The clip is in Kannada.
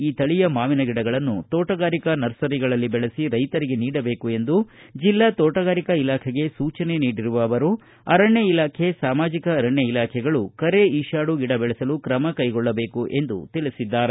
ಈ ತಳಿಯ ಮಾವಿನ ಗಿಡಗಳನ್ನು ಶೋಟಗಾರಿಕಾ ನರ್ಸರಿಗಳಲ್ಲಿ ಬೆಳೆಸಿ ರೈತರಿಗೆ ನೀಡಬೇಕು ಎಂದು ಜಿಲ್ಲಾ ತೋಟಗಾರಿಕಾ ಇಲಾಖೆಗೆ ಸೂಚನೆ ನೀಡಿರುವ ಅವರು ಅರಣ್ಯ ಇಲಾಖೆ ಸಾಮಾಜಿಕ ಅರಣ್ಯ ಇಲಾಖೆಗಳು ಕರೇಈತಾಡು ಗಿಡ ಬೆಳೆಸಲು ಕ್ರಮ ಕೈಗೊಳ್ಳಬೇಕು ಎಂದು ತಿಳಿಸಿದ್ದಾರೆ